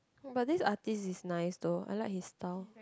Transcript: but this artist is nice though I like his style